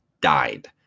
died